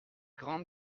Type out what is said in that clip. grande